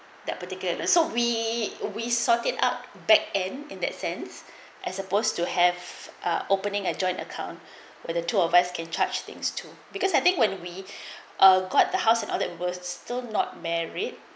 that particular so we we sorted out back and in that sense as opposed to have a opening a joint account where the two of us can charge things too because I think when we uh got the house and other worst still not married